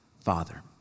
Father